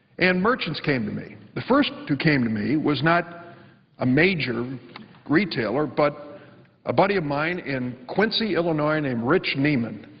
and merchants came to me. the first who came to me was not a major retailer but a buddy of mine in quincy, illinois, named rich neiman.